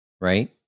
Right